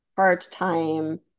part-time